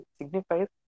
signifies